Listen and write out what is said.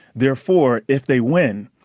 therefore, if they win,